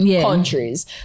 countries